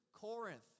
Corinth